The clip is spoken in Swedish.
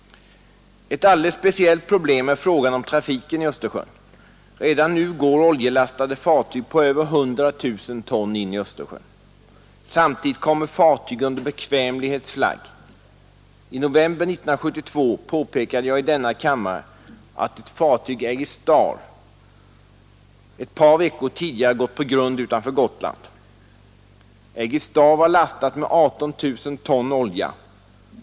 Ett alldeles speciellt problem är frågan om trafiken i Östersjön. Redan nu går oljelastade fartyg på över 100 000 ton in i Östersjön. Samtidigt kommer fartyg under bekvämlighetsflagg. I november 1972 påpekade jag i denna kammare att ett fartyg, Aegis Star, ett par veckor tidigare gått på grund utanför Gotland. Aegis Star var lastat med 18 000 ton olja.